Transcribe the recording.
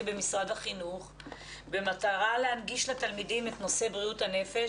במשרד החינוך במטרה להנגיש לתלמידים את נושא בריאות הנפש,